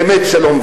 באמת שלום.